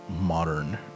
modern